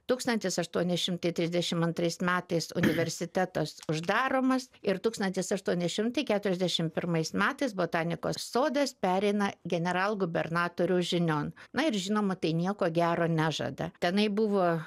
tūkstantis aštuoni šimtai trisdešimt antrais metais universitetas uždaromas ir tūkstantis aštuoni šimtai keturiasdešimt pirmais metais botanikos sodas pereina generalgubernatoriaus žinion na ir žinoma tai nieko gero nežada tenai buvo